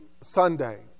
Sunday